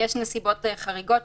יש נסיבות חריגות,